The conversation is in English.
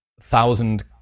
thousand